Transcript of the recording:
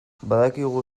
badakigu